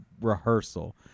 rehearsal